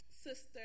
Sister